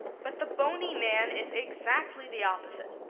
but the bony man is exactly the opposite,